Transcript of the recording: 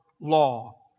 law